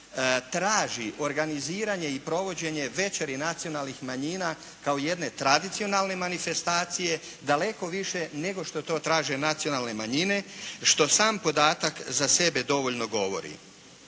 traži organiziranje i provođenje Večeri nacionalnih manjina kao jedne tradicionalne manifestacije daleko više nego što to traže nacionalne manjine, što sam podatak za sebe dovoljno govori.